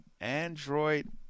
Android